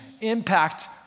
impact